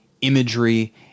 imagery